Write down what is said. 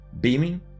beaming